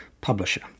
publisher